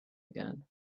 again